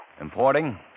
Importing